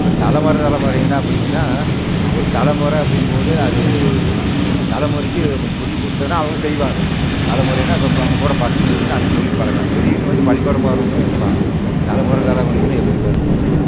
இப்போ தலைமுற தலைமுறைங்கன்னா அப்படிங்கன்னா ஒரு தலைமுற அப்படிம் போது அது தலைமுறைக்கு நம்ம சொல்லி கொடுத்தா தான் அவங்களும் செய்வாங்க தலைமுறையினா இப்போ நம்ம கூட பசங்க அந்த தொழில் பழகலாம் திடீர்னு வந்து பள்ளிக்கூடம் போகிறவங்களும் இருப்பான் தலைமுற தலைமுறைக்குனா எப்படி வரும் உங்களுக்கு